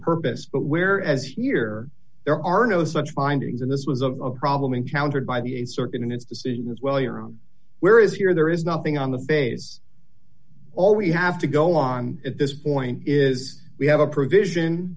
purpose but where as here there are no such findings and this was a problem encountered by the a certain in its decision as well your own whereas here there is nothing on the face all we have to go on at this point is we have a provision